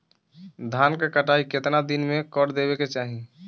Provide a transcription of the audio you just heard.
धान क कटाई केतना दिन में कर देवें कि चाही?